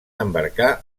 embarcar